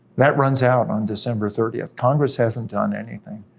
that runs out on december thirtieth. congress hasn't done anything.